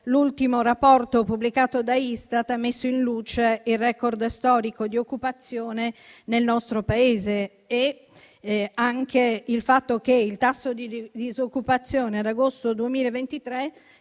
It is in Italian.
l'ultimo rapporto pubblicato da Istat ha messo in luce il *record* storico di occupazione nel nostro Paese e il fatto che il tasso di disoccupazione ad agosto 2023